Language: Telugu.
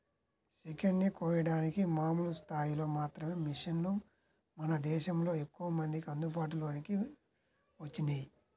చికెన్ ని కోయడానికి మామూలు స్థాయిలో మాత్రమే మిషన్లు మన దేశంలో ఎక్కువమందికి అందుబాటులోకి వచ్చినియ్యి